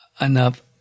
enough